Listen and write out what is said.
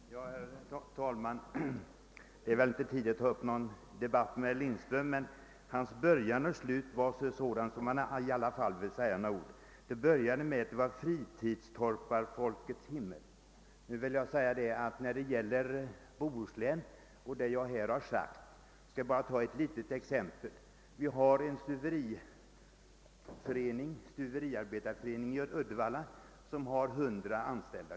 Herr talman! Det är väl inte tid att ta upp någon debatt med herr Lindström, men början och slutet på hans anförande var sådant, att jag i alla fall vill säga några ord till honom. Han började med att tala om »fritidstorparfolkets himmel». Jag skall ta ett litet exempel från Bohuslän. Vi har en stuveriarbetarfackförening i Uddevalla som har ungefär hundra medlemmar. Av dessa är 30 fast anställda.